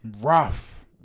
Rough